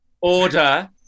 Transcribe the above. order